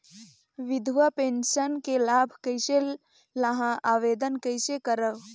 विधवा पेंशन के लाभ कइसे लहां? आवेदन कइसे करव?